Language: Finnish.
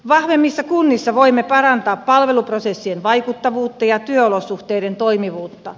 vahvemmissa kunnissa voimme parantaa palveluprosessien vaikuttavuutta ja työolosuhteiden toimivuutta